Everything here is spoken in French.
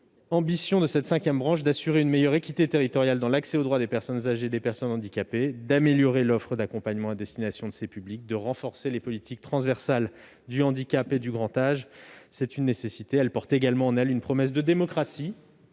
L'ambition de cette cinquième branche est d'assurer une meilleure équité territoriale dans l'accès aux droits des personnes âgées et des personnes handicapées, d'améliorer l'offre d'accompagnement à destination de ces publics et de renforcer les politiques transversales du handicap et du grand âge. C'est une nécessité. Elle porte également en elle une promesse de démocratie,